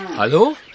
Hallo